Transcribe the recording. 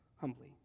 humbly